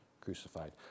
crucified